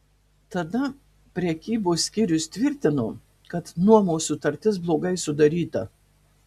tada prekybos skyrius tvirtino kad nuomos sutartis blogai sudaryta